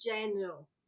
general